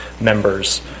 members